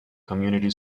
community